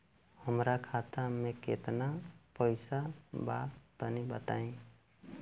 हमरा खाता मे केतना पईसा बा तनि बताईं?